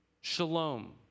shalom